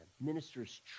ministers